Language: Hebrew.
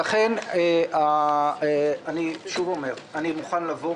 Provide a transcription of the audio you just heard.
אני שוב אומר, אני מוכן לבוא,